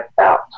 out